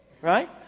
right